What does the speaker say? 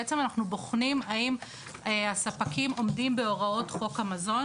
בעצם אנחנו בוחנים האם הספקים עומדים בהוראות חוק המזון.